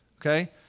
Okay